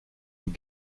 were